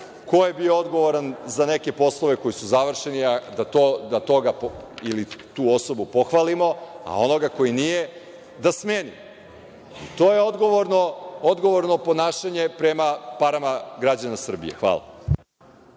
ko je bio odgovoran za neke poslove koji su završeni, da tu osobu pohvalimo, a onoga koji nije da smenimo. To je odgovorno ponašanje prema parama građana Srbije. Hvala.